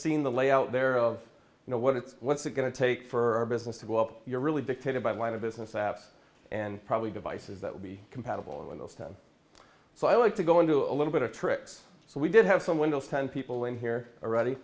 seen the layout there of you know what it's what's it going to take for our business to go up you're really dictated by line of business apps and probably devices that will be compatible with those ten so i like to go into a little bit of tricks so we did have some windows ten people in here are ready